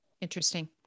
Interesting